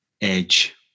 edge